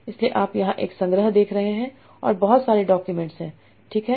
इसलिए आप यहां एक संग्रह देख रहे हैं और बहुत सारे डॉक्यूमेंट्स हैं ठीक है